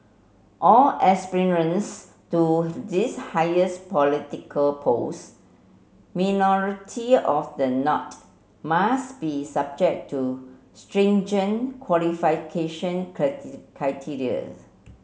all aspirants to this highest political post minority of the not must be subject to stringent qualification criteria